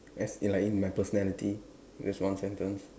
as in like in my personality that's one sentence